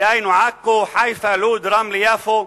דהיינו עכו, חיפה, לוד, רמלה, יפו,